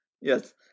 yes